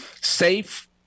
Safe